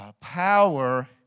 power